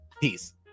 Peace